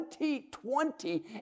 2020